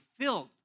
filth